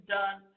done